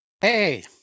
Hey